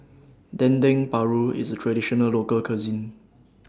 Dendeng Paru IS A Traditional Local Cuisine